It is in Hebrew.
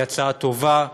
היא הצעה טובה,